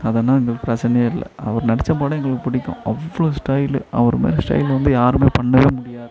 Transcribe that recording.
அதெல்லாம் எங்களுக்கு பிரச்சினையே இல்லை அவர் நடித்த படம் எங்களுக்கு பிடிக்கும் அவ்வளோ ஸ்டைலு அவர் மாதிரி ஸ்டைலு வந்து யாருமே பண்ணவே முடியாது